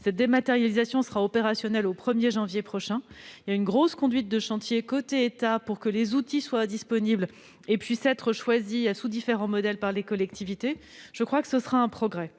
Cette dématérialisation sera opérationnelle au 1 janvier prochain. Elle nécessite que l'État conduise un chantier d'envergure pour que les outils soient disponibles et puissent être choisis sous différents modèles par les collectivités. Je crois que ce sera un progrès.